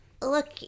Look